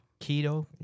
Keto